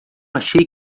achei